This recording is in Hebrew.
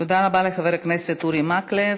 תודה רבה לחבר הכנסת אורי מקלב.